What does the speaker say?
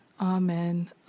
amen